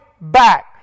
back